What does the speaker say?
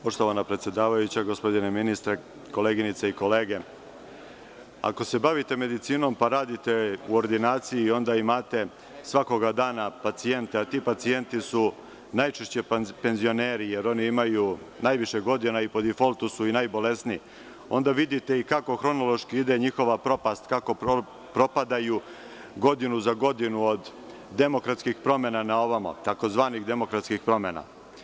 Poštovana predsedavajuća, gospodine ministre, koleginice i kolege, ako se bavite medicinom pa radite u ordinaciji, onda imate svakog dana pacijenta, ti pacijenti su najčešće penzioneri, jer oni imaju najviše godina i po difoltu su i najbolesniji, onda vidite i kako hronološki ide njihova propast, kako propadaju godinu za godinom od demokratskih promena na ovamo, tzv. demokratskih promena.